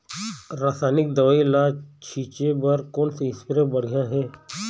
रासायनिक दवई ला छिचे बर कोन से स्प्रे बढ़िया हे?